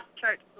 church